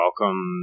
welcome